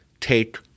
take